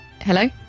Hello